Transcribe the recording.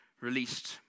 released